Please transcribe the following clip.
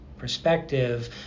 perspective